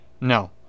No